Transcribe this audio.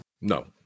No